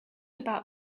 about